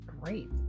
Great